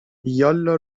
یالا